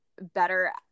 better